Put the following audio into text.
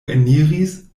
eniris